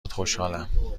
خوشحالم